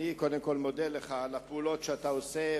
אני קודם כול מודה לך על הפעולות שאתה עושה,